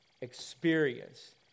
Experience